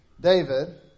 David